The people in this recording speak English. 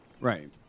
Right